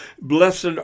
Blessed